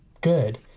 good